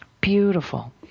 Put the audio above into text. Beautiful